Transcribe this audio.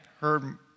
heard